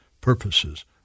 purposes